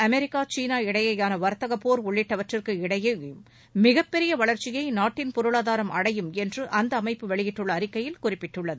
America சீனா இடையேயான வர்த்தக போர் உள்ளிட்டவற்றுக்கு இடையேயும் மிகப்பெரிய வளர்ச்சியை நாட்டின் பொருளாதாரம் அடையும் என்று அந்த அமைப்பு வெளியிட்டுள்ள அறிக்கையில் குறிப்பிடப்பட்டுள்ளது